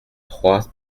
trois